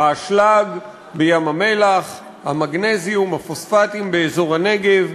האשלג בים-המלח, המגנזיום, הפוספטים באזור הנגב,